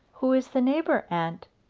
who is the neighbour, aunt?